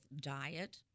diet